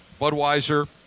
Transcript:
Budweiser